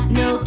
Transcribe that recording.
no